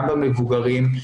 גם במבוגרים,